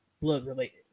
blood-related